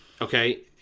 okay